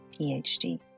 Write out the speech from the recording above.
PhD